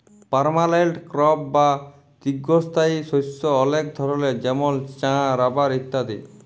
permanent crop বা দীঘ্ঘস্থায়ী শস্য অলেক ধরলের যেমল চাঁ, রাবার ইত্যাদি